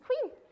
queen